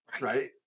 Right